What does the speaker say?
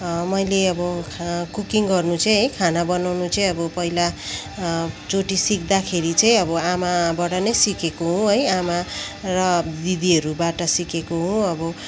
मैले अब कुकिङ गर्नु चाहिँ है खाना बनाउनु चाहिँ अब पहिला चोटी सिक्दाखेरि चाहिँ अब आमाबाट नै सिकेको हो है आमा र दिदीहरूबाट सिकेको हो अब